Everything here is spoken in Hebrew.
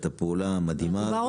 את הפעולה המדהימה הזאת.